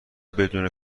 بدون